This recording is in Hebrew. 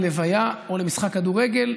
ללוויה או למשחק כדורגל,